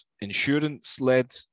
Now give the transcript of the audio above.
insurance-led